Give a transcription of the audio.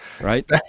right